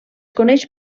coneix